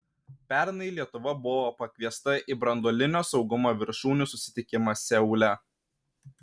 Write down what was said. pernai lietuva buvo pakviesta į branduolinio saugumo viršūnių susitikimą seule